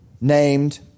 named